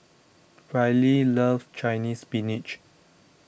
Rylie loves Chinese Spinach